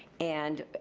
and